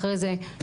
אחרי זה שלי,